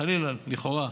חלילה, לכאורה.